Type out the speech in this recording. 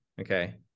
okay